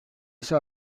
ise